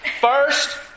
first